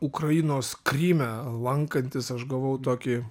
ukrainos kryme lankantis aš gavau tokį